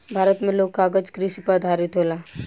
भारत मे लोग कागज कृषि पर आधारित होला